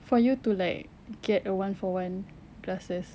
for you to like get a one for one glasses